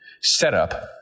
setup